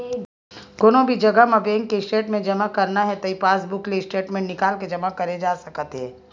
कोनो भी जघा म बेंक के स्टेटमेंट जमा करना हे त ई पासबूक ले स्टेटमेंट निकाल के जमा करे जा सकत हे